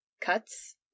cuts